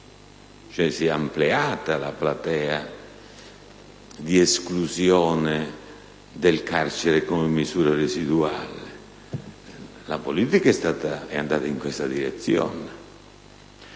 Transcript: cioè si è ampliata la platea di esclusione del carcere come misura residuale: la politica è andata in questa direzione),